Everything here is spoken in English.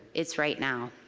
it's right now.